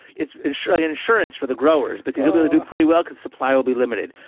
it's surely insurance for the growers because it will do pretty well cause supply will be limited.